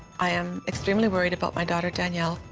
i am extremely worried about my daughter danielle.